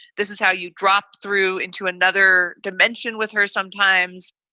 this is how you drop through into another dimension with her sometimes.